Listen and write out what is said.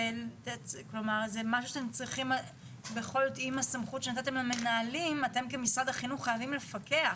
בכל זאת עם הסמכות שנתתם למנהלים אתם כמשרד החינוך חייבים לפקח